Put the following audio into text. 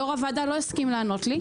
יו"ר הוועדה לא הסכים לענות לי,